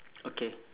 okay